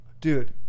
dude